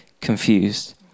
confused